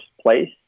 place